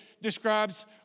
describes